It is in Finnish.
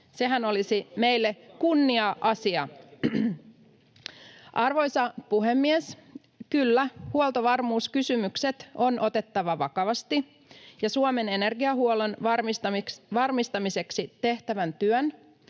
[Hannu Hoskosen välihuuto] Arvoisa puhemies! Kyllä, huoltovarmuuskysymykset on otettava vakavasti, ja Suomen energiahuollon varmistamiseksi tehtävän työn